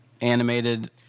Animated